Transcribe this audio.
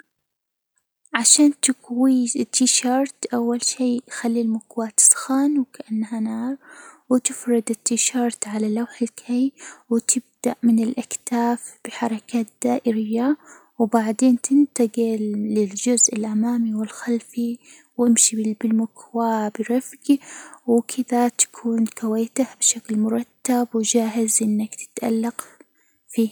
عشان تكوي التيشيرت، أول شي يخلي المكواة تسخن وكأنها نار، وتفرد التيشيرت على لوح الكي وتبدأ من الأكتاف بحركات دائرية، وبعدين تنتجل للجزء الأمامي والخلفي، وإمشي بالكوه برفج، وكذا تكون كويته بشكل مرتب، وجاهز إنك تتألق فيه.